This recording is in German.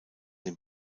den